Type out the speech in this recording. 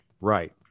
Right